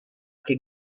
che